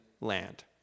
land